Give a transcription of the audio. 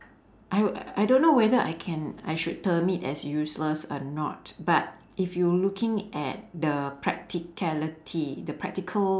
I wil~ I don't know whether I can I should term it as useless or not but if you looking at the practicality the practical